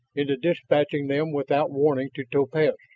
into dispatching them without warning to topaz?